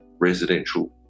residential